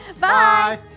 Bye